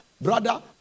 brother